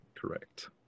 Correct